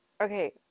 Okay